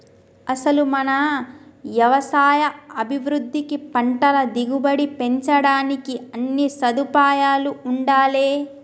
అసలు మన యవసాయ అభివృద్ధికి పంటల దిగుబడి పెంచడానికి అన్నీ సదుపాయాలూ ఉండాలే